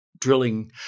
drilling